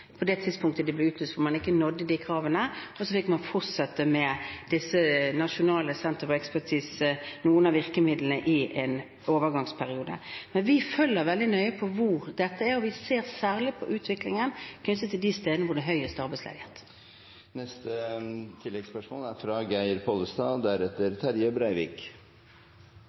så fikk man fortsette som Norwegian Centres of Expertise, med noen av virkemidlene, i en overgangsperiode. Men vi følger veldig nøye med på hvor dette er, og vi ser særlig på utviklingen knyttet til de stedene hvor det er høyest arbeidsledighet. Geir Pollestad – til oppfølgingsspørsmål. Når regjeringens medlemmer er